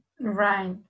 right